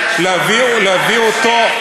אי-אפשר להשוות.